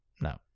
No